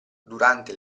durante